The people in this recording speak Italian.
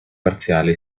parziale